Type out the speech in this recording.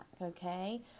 okay